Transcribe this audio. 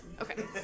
Okay